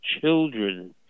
children